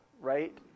right